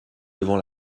devant